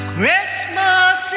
Christmas